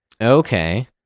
Okay